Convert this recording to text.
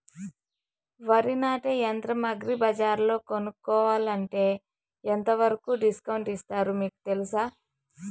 వరి నాటే యంత్రం అగ్రి బజార్లో కొనుక్కోవాలంటే ఎంతవరకు డిస్కౌంట్ ఇస్తారు మీకు తెలుసా?